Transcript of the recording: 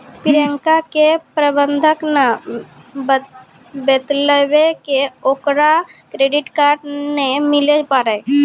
प्रियंका के प्रबंधक ने बतैलकै कि ओकरा क्रेडिट कार्ड नै मिलै पारै